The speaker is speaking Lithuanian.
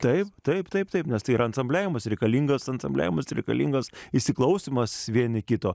taip taip taip taip nes tai yra ansambiavimas reikalingas ansambliavimas reikalingas įsiklausymas vieni kito